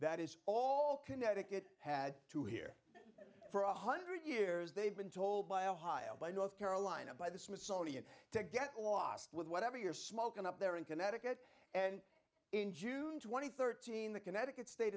that is all connecticut had to here for one hundred years they've been told by ohio by north carolina by the smithsonian to get lost with whatever you're smoking up there in connecticut and in june rd scene the connecticut state